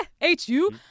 H-U